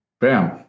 bam